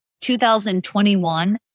2021